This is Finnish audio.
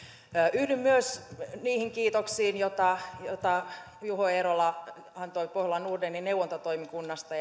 yhdyn myös niihin kiitoksiin joita juho eerola antoi pohjola nordenin neuvontatoimikunnasta